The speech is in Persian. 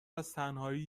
ازتنهایی